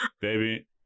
Baby